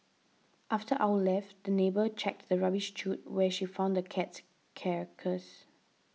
after our left the neighbour checked the rubbish chute where she found the cat's carcass